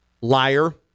liar